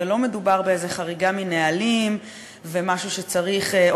ולא מדובר באיזה חריגה מנהלים ומשהו שצריך או